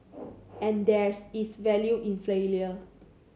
and there's is value in failure